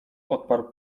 odparł